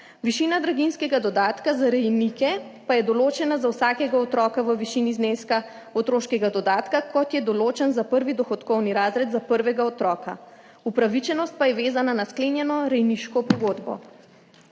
Višina draginjskega dodatka za rejnike pa je določena za vsakega otroka v višini zneska otroškega dodatka, kot je določen za prvi dohodkovni razred za prvega otroka. Upravičenost pa je vezana na sklenjeno rejniško pogodbo.